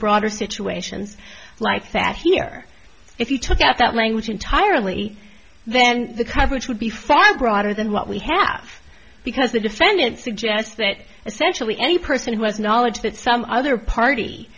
broader situations like that here if you took out that language entirely then the coverage would be found broader than what we have because the defendant suggests that essentially any person who has knowledge that some other party